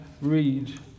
read